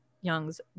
Young's